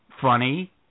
funny